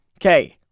Okay